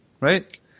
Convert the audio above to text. right